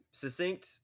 succinct